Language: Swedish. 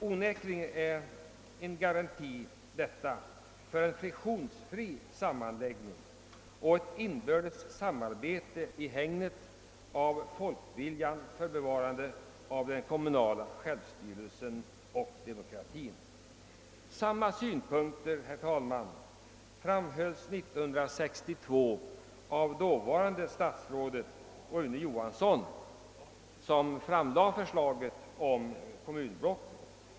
Onekligen skulle detta vara en garanti för en friktionsfri sammanläggning och ett inbördes samarbete i hägnet av folkviljan för bevarande av den kommunala självstyrelsen och demokratin. Samma synpunkter, herr talman, anfördes år 1962 av dåvarande statsrådet Rune Johansson, som framlade förslaget om kommunblocken.